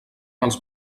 els